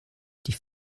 die